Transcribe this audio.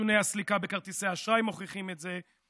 נתוני הסליקה בכרטיסי האשראי מוכיחים את זה.